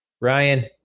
Ryan